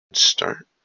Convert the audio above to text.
start